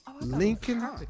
Lincoln